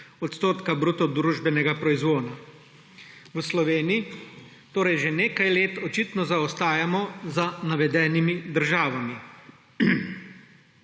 odstotka bruto družbenega proizvoda. V Sloveniji torej že nekaj let očitno zaostajamo za navedenimi državami.